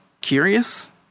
curious